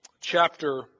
chapter